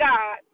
God